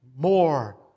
More